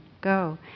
go